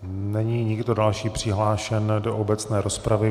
Není nikdo další přihlášen do obecné rozpravy.